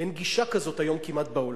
אין גישה כזאת היום כמעט בעולם.